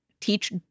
teach